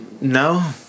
No